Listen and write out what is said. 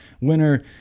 winner